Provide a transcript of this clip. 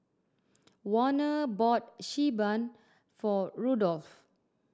Warner bought Xi Ban for Rudolf